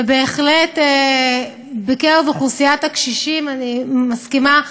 ובהחלט בקרב אוכלוסיית הקשישים, אני מסכימה,